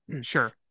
Sure